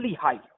high